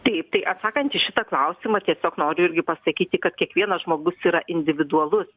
taip tai atsakant į šitą klausimą tiesiog noriu irgi pasakyti kad kiekvienas žmogus yra individualus